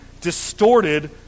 distorted